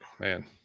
man